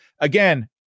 Again